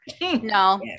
No